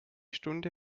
stunde